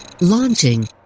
Launching